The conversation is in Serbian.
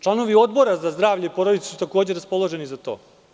Članovi Odbora za zdravlje i porodicu su takođe raspoloženi za to.